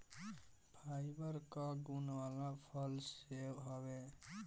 fibre कअ गुण वाला फल सेव हवे